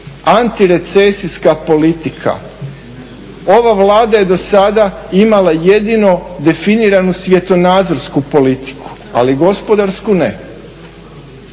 antirecesijska politika. Ova Vlada je do sada imala jedino definiranu svjetonazorsku politiku, ali gospodarsku ne.